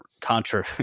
Contra